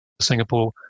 Singapore